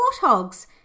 warthogs